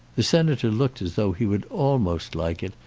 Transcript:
the senator looked as though he would almost like it,